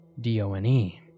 D-O-N-E